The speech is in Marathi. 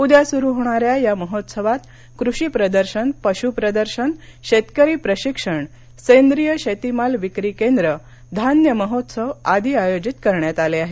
उद्या सुरू होणाऱ्या या महोत्सवात कृषी प्रदर्शन पश् प्रदर्शन शेतकरी प्रशिक्षण सेंद्रिय शेतीमाल विक्री केंद्र धान्य महोत्सव आयोजित करण्यात आला आहे